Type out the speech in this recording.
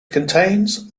contains